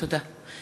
תודה.